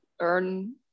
earn